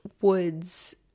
Woods